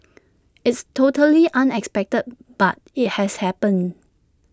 it's totally unexpected but IT has happened